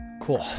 Cool